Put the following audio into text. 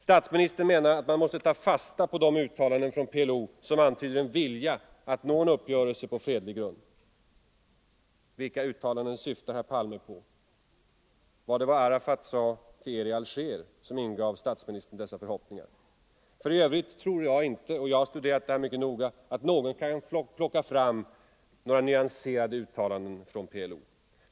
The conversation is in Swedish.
Statsministern menar att man måste ta fasta på de uttalanden från PLO som antyder en vilja att nå en uppgörelse på fredlig grund. Vilka uttalanden syftar herr Palme på? Var det vad Arafat sade till Er i Alger som ingav statsministern dessa förhoppningar? För i övrigt tror jag inte, och jag har studerat detta mycket noga, att någon kan plocka fram några nyanserade uttalanden från PLO.